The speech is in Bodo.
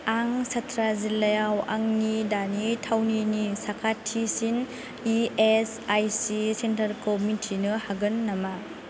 आं चात्रा जिल्लायाव आंनि दानि थावनिनि साखाथिसिन इ एस आइ सि सेन्टारखौ मिथिनो हागोन नामा